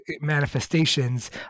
manifestations